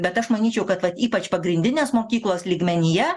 bet aš manyčiau kad vat ypač pagrindinės mokyklos lygmenyje